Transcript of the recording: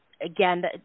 again